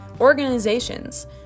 organizations